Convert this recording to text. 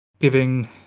giving